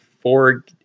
four